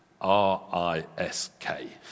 r-i-s-k